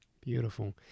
Beautiful